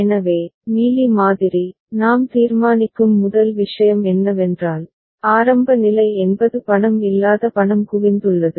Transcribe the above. எனவே மீலி மாதிரி நாம் தீர்மானிக்கும் முதல் விஷயம் என்னவென்றால் ஆரம்ப நிலை என்பது பணம் இல்லாத பணம் குவிந்துள்ளது